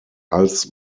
als